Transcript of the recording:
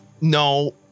No